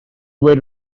were